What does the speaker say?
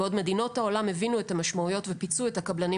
בעוד מדינות העולם הבינו את המשמעויות ופיצו את הקבלנים